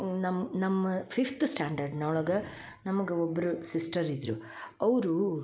ನಮ್ಮ ನಮ್ಮ ಫಿಫ್ತ್ ಸ್ಟ್ಯಾಂಡರ್ಡ್ನ್ ಒಳಗೆ ನಮಗ ಒಬ್ರ ಸಿಸ್ಟರ್ ಇದ್ದರು ಅವರು